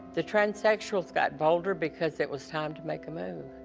the transsexuals got bolder because it was time to make a move.